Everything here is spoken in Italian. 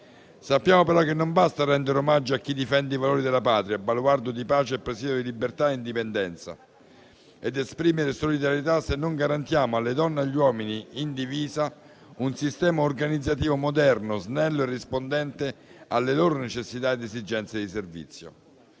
Sappiamo però che non basta rendere omaggio a chi difende i valori della Patria, baluardo di pace e presidio di libertà e indipendenza, ed esprimere solidarietà se non garantiamo alle donne e agli uomini in divisa un sistema organizzativo moderno, snello e rispondente alle loro necessità ed esigenze di servizio.